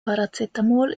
paracetamol